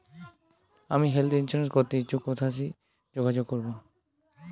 আমি health insurance করতে ইচ্ছুক কথসি যোগাযোগ করবো?